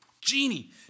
Genie